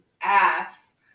ass